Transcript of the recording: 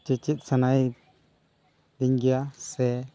ᱪᱮ ᱪᱮᱫ ᱥᱟᱱᱟᱭ ᱤᱧ ᱜᱮᱭᱟ ᱥᱮ